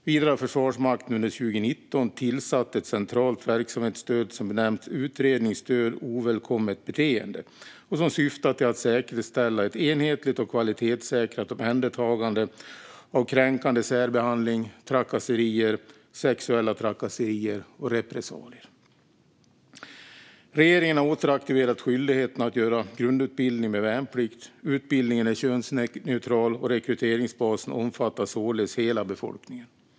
Vidare har Försvarsmakten under 2019 tillsatt ett centralt verksamhetsstöd som benämns Utredningsstöd ovälkommet beteende, som syftar till att säkerhetsställa ett enhetligt och kvalitetssäkrat omhändertagande av kränkande särbehandling, trakasserier, sexuella trakasserier och repressalier. Regeringen har återaktiverat skyldigheten att göra grundutbildning med värnplikt. Utbildningen är könsneutral, och rekryteringsbasen omfattar således hela befolkningen.